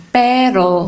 pero